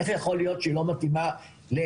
איך יכול להיות שהיא לא מתאימה למועצה?